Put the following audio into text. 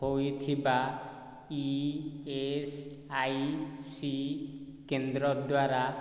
ହୋଇଥିବା E S I C କେନ୍ଦ୍ର ଦ୍ଵାରା